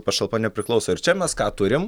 pašalpa nepriklauso ir čia mes ką turim